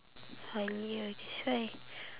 Halia that's why